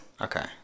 Okay